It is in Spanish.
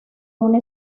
una